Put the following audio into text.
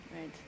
Right